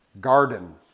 Garden